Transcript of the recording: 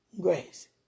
grace